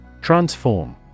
Transform